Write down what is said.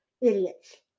idiots